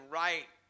right